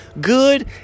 good